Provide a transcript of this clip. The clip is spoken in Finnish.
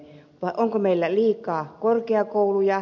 vai onko meillä liikaa korkeakouluja